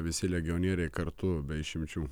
visi legionieriai kartu be išimčių